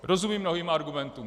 Rozumím mnohým argumentům.